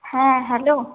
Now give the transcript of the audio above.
হ্যাঁ হ্যালো